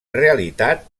realitat